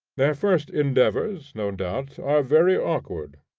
their first endeavors, no doubt, are very awkward.